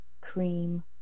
cream